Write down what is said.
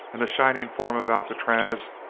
and the shining form of alcatraz,